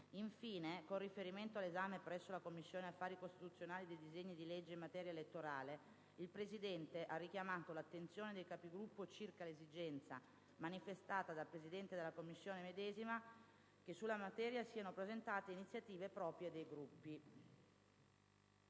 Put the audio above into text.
Infine, con riferimento all'esame presso la Commissione affari costituzionali dei disegni di legge in materia elettorale, il Presidente ha richiamato l'attenzione dei Capigruppo circa l'esigenza, manifestata dal Presidente della Commissione medesima, che sulla materia siano presentate iniziative proprie dei Gruppi.